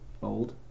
Bold